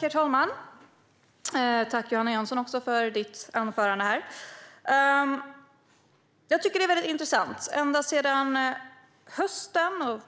Herr talman! Tack, Johanna Jönsson, för ditt anförande! Jag tycker att detta är väldigt intressant. Ända sedan hösten,